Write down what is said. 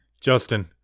Justin